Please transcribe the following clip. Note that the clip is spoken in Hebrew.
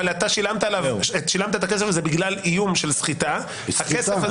אבל שילמת את הכסף הזה בגלל איום של סחיטה --- זו סחיטה,